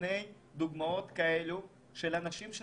רוצה לשמוע על בריאות הציבור.